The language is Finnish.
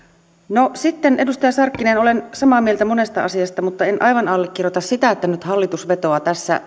sitten edustaja sarkkinen olen samaa mieltä monesta asiasta mutta en aivan allekirjoita sitä että nyt hallitus vetoaa tässä